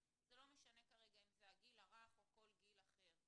זה לא משנה כרגע אם זה הגיל הרך או כל גיל אחר.